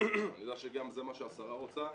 אני יודע שגם זה מה שהשרה רוצה,